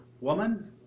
woman